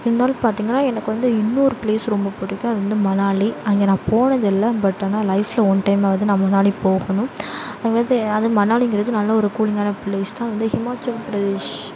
இருந்தாலும் பார்த்திங்கனா எனக்கு வந்து இன்னோரு பிளேஸ் ரொம்ப பிடிக்கும் அது வந்து மணாலி அங்கே நான் போனது இல்லை பட் ஆனால் லைஃப்பில் ஒன் டைம்மாவது நான் மணாலி போகணும் அங்கே வந்து அதுவும் மணாலிங்கிறது நல்ல ஒரு கூலிங்கான பிளேஸ் தான் அது வந்து ஹிமாச்சல்பிரதேஷ்